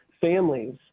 families